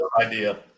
idea